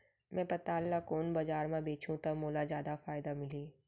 मैं पताल ल कोन बजार म बेचहुँ त मोला जादा फायदा मिलही?